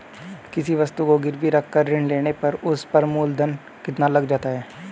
किसी वस्तु को गिरवी रख कर ऋण लेने पर उस पर मूलधन कितना लग जाता है?